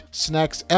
snacks